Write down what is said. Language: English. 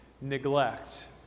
neglect